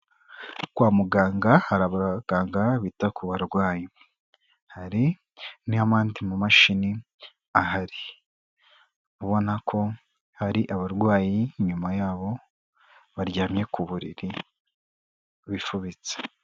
Kwa muganga hari abaganga bita ku barwayi, hari n'andi mamashini ahari, ubona ko hari abarwayi inyuma yabo baryamye ku buriri bifubitse.